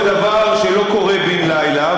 תוצאות זה דבר שלא קורה בן-לילה,